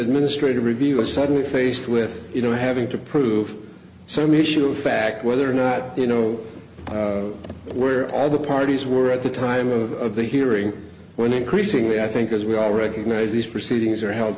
administrative review are suddenly faced with you know having to prove some initial fact whether or not you know where all the parties were at the time of the hearing when increasingly i think as we all recognize these proceedings are hel